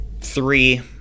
Three